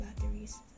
batteries